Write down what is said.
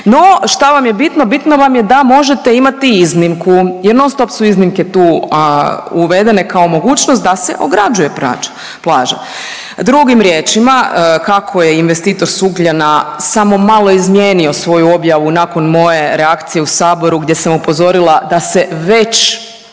No, šta vam je bitno? Bitno vam je da možete imati iznimku jer non stop su iznimke tu uvedene kao mogućnost da se ograđuje plaže. Drugim riječima, kako je investitor s Ugljana samo malo izmijenio svoju objavu nakon moje reakcije u Saboru gdje sam upozorila da se već